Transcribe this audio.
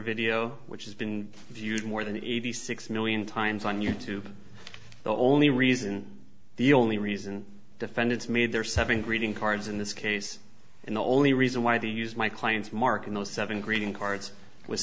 video which has been viewed more than eighty six million times on you tube the only reason the only reason defendants made their seven greeting cards in this case and the only reason why they used my client's mark in those seven greeting cards was